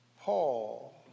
Paul